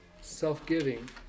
Self-giving